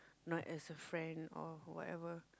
not as a friend or whatever